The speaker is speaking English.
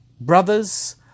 brothers